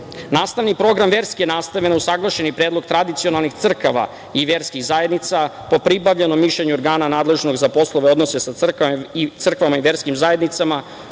program verske nastave na usaglašeni predlog tradicionalnih crkava i verskih zajednica po pribavljenom mišljenju organa nadležnog za poslove i odnose sa crkvama i verskim zajednicama